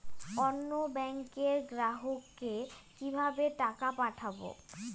অন্য ব্যাংকের গ্রাহককে কিভাবে টাকা পাঠাবো?